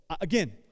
again